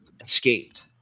escaped